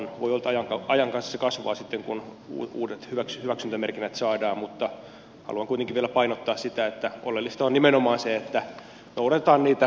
voi olla että ajan kanssa se kasvaa sitten kun uudet hyväksyntämerkinnät saadaan mutta haluan kuitenkin vielä painottaa sitä että oleellista on nimenomaan se että noudatetaan niitä ohjeita